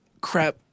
crap